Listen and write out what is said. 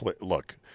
look